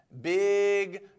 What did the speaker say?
Big